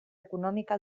econòmica